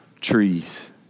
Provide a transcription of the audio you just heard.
trees